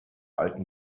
alten